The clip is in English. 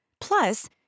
Plus